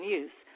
use